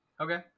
Okay